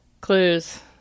Clues